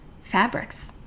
fabrics